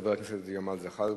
חבר הכנסת ג'מאל זחאלקה,